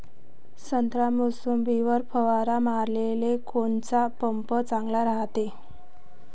संत्रा, मोसंबीवर फवारा माराले कोनचा पंप चांगला रायते?